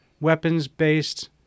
weapons-based